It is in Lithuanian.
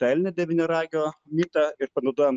tą elnio devyniaragio mitą ir panaudojom